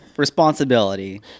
responsibility